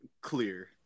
clear